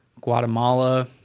Guatemala